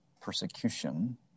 persecution